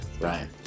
Right